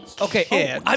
Okay